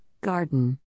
Garden